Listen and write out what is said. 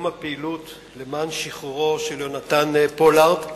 הפעילות למען שחרורו של יהונתן פולארד,